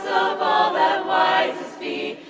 of all that wisest be,